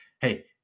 hey